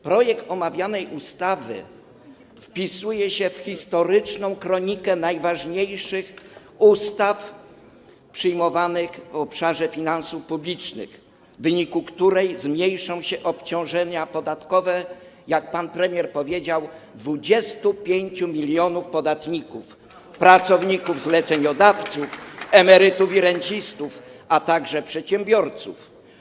Projekt omawianej ustawy wpisuje się w historyczną kronikę przyjmowania najważniejszych ustaw w obszarze finansów publicznych, w wyniku czego zmniejszą się obciążenia podatkowe, jak pan premier powiedział, 25 mln podatników, pracowników, zleceniodawców, emerytów i rencistów, a także przedsiębiorców.